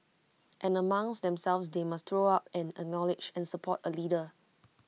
and amongst themselves they must throw up and acknowledge and support A leader